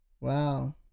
Wow